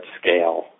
scale